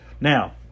Now